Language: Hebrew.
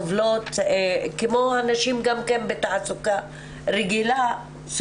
כמו הנשים גם בתעסוקה רגילה,